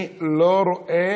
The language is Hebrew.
אני לא רואה